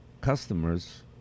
customers